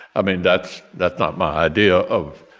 i mean, that's that's not my idea of